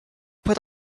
put